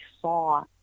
saw